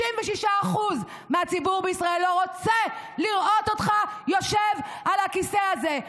96% מהציבור ישראל לא רוצה לראות אותך יושב על הכיסא הזה,